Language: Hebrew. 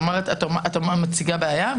את מציגה בעיה,